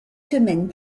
semaines